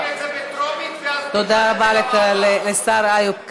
נביא את זה בטרומית, תודה רבה לשר איוב קרא.